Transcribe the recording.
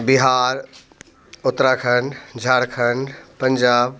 Bihar Uttarakhand Jharkhand Punjab